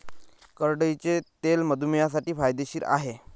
करडईचे तेल मधुमेहींसाठी फायदेशीर आहे